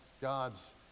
God's